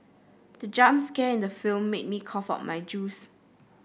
the jump scare in the film made me cough out my juice